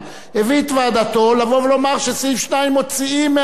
הביא את ועדתו לבוא ולומר שסעיף 2 מוציאים מה,